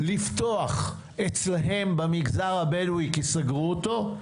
לפתוח אצלם במגזר הבדואי כי סגרו אותו,